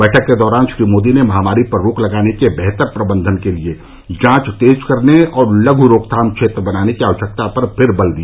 बैठक के दौरान श्री मोदी ने महामारी पर रोक लगाने के बेहतर प्रबंधन के लिए जांच तेज करने और लघू रोकथाम क्षेत्र बनाने की आवश्यकता पर फिर बल दिया